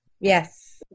Yes